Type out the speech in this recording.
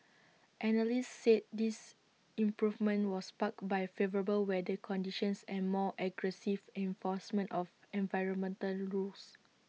analysts said this improvement was sparked by favourable weather conditions and more aggressive enforcement of environmental rules